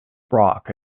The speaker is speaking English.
brock